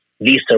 visa